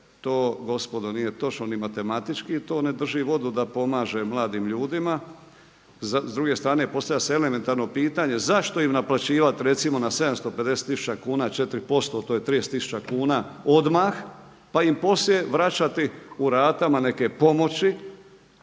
to gospodo nije točno ni matematički to ne drži vodu da pomaže mladim ljudima. S druge strane postavlja se elementarno pitanje zašto im naplaćivat recimo na 750000 kuna 4%, to je 30000 kuna odmah, pa im poslije vraćati u ratama neke pomoći.